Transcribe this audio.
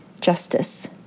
justice